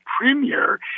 premier